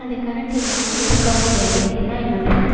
அந்த கரெண்ட் இல்லைன்னா இருக்கவும் முடியாது இதுதான் என்னோடய